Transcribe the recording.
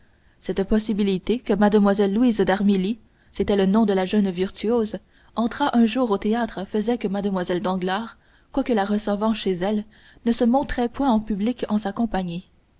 cette possibilité que mlle louise d'armilly c'était le nom de la jeune virtuose entrât un jour au théâtre faisait que mlle danglars quoique la recevant chez elle ne se montrait point en public en sa compagnie